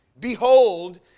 behold